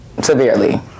severely